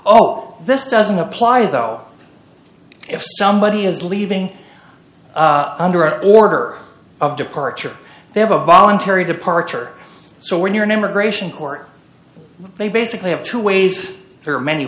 all this doesn't apply though if somebody is leaving under an order of departure they have a voluntary departure so when you're an immigration court they basically have two ways there are many